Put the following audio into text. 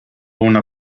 una